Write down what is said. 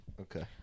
Okay